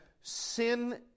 sin